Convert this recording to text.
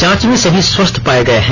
जांच में सभी स्वास्थ्य पाए गए हैं